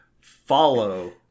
Follow